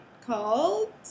called